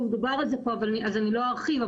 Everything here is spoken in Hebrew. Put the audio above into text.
דובר על זה פה אז אני לא ארחיב,